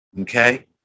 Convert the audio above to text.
Okay